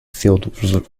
field